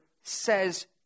says